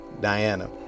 Diana